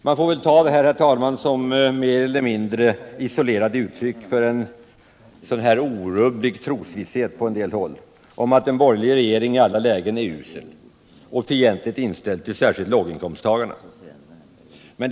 Man får väl ta detta, herr talman, som mer eller mindre isolerade uttryck för en orubblig trosvisshet på en del håll om att en borgerlig regering i alla lägen är usel och fientligt inställd till särskilt låginkomsttagare.